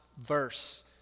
verse